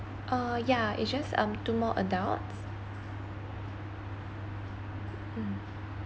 uh yeah it's just um two more adults mm